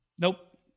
Nope